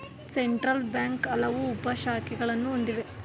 central bank ಹಲವು ಉಪ ಶಾಖೆಗಳನ್ನು ಹೊಂದಿದೆ